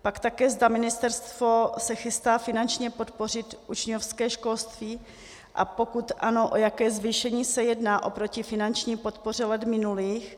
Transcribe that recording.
Pak také, zda se ministerstvo chystá finančně podpořit učňovské školství, a pokud ano, o jaké zvýšení se jedná oproti finanční podpoře let minulých.